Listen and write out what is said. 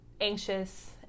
anxious